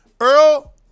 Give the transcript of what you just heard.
Earl